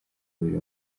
buri